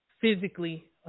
Physically